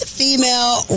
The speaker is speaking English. female